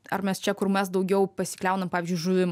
ar mes čia kur mes daugiau pasikliaunam pavyzdžiui žuvim